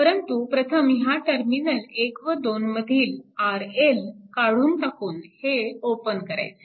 परंतु प्रथम ह्या टर्मिनल 1 व 2 मधील RL काढून टाकून हे ओपन करायचे